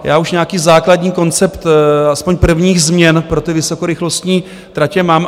Já už nějaký základní koncept alespoň prvních změn pro vysokorychlostní tratě mám.